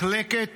מחלקת